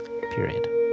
Period